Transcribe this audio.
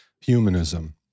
humanism